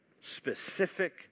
specific